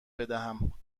بدهم